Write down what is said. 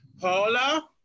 Paula